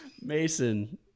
Mason